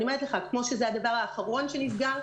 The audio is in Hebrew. ואני אומרת לך: כמו שזה הדבר האחרון שנסגר,